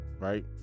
right